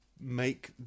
make